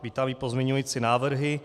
Vítám i pozměňující návrhy.